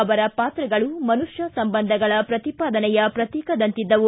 ಅವರ ಪಾತ್ರಗಳು ಮನುಷ್ಕ ಸಂಬಂಧಗಳ ಪ್ರತಿಪಾದನೆಯ ಪ್ರತೀಕದಂತಿದ್ದವು